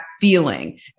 feeling